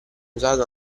usato